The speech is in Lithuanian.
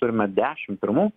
turime dešim pirmų